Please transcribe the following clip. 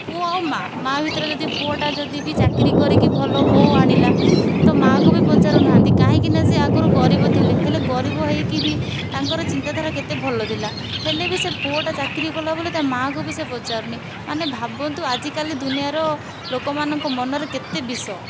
ପୁଅ ଆଉ ମାଆ ମାଆ ଭିତରେ ଯଦି ପୁଅଟା ଯଦି ବି ଚାକିରି କରିକି ଭଲ ବୋହୂ ଆଣିଲା ତ ମାଆକୁ ବି ପଚାରୁ ନାହାନ୍ତି କାହିଁକି ନା ସେ ଆଗରୁ ଗରିବ ଥିଲେ ହେଲେ ଗରିବ ହୋଇକି ବି ତାଙ୍କର ଚିନ୍ତାଧାରା କେତେ ଭଲ ଥିଲା ହେଲେବି ସେ ପୁଅଟା ଚାକିରି କଲା ବୋଲି ତା' ମାଆକୁ ବି ସେ ପଚାରୁ ନାହିଁ ମାନେ ଭାବନ୍ତୁ ଆଜି କାଲି ଦୁନିଆର ଲୋକମାନଙ୍କ ମନରେ କେତେ ବିଷ